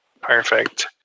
Perfect